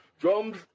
drums